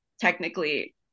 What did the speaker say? technically